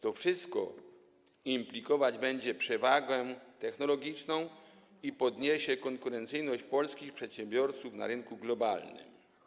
To wszystko implikować będzie przewagę technologiczną i podniesie konkurencyjność polskich przedsiębiorców na rynku globalnym.